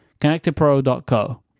connectedpro.co